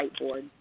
whiteboard